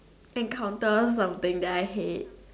encounter something that I hate